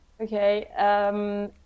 Okay